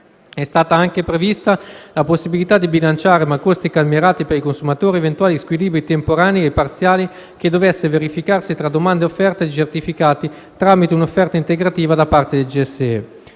È stata anche prevista la possibilità di bilanciare, ma a costi calmierati per i consumatori, eventuali squilibri temporanei e parziali che dovessero verificarsi tra domanda e offerta di certificati tramite un'offerta integrativa da parte del GSE,